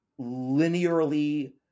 linearly